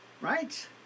Right